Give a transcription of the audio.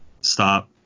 Stop